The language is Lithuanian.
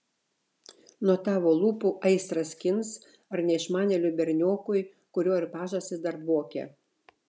nuo tavo lūpų aistrą skins ar neišmanėliui berniokui kurio ir pažastys dar dvokia